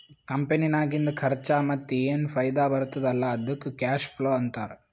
ಕಂಪನಿನಾಗಿಂದ್ ಖರ್ಚಾ ಮತ್ತ ಏನ್ ಫೈದಾ ಬರ್ತುದ್ ಅಲ್ಲಾ ಅದ್ದುಕ್ ಕ್ಯಾಶ್ ಫ್ಲೋ ಅಂತಾರ್